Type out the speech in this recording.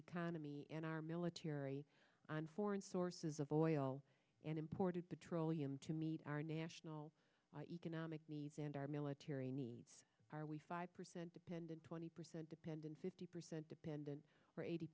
economy and our military on foreign sources of oil and imported petroleum to meet our national economic needs and our military needs are we five percent dependent twenty percent dependent fifty percent dependent or eighty